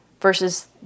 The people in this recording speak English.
versus